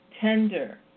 tender